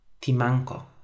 Timanco